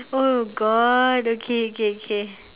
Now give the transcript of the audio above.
oh god okay okay okay